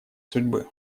судьбы